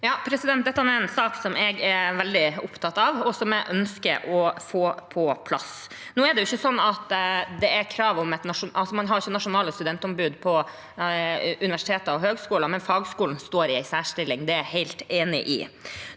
Dette er en sak som jeg er veldig opptatt av, og som jeg ønsker å få på plass. Nå er det ikke sånn at det er krav om nasjonalt studentombud. Altså: Man har ikke nasjonalt studentombud på universiteter og høyskoler, men fagskolene står i en særstilling, det er jeg helt enig i.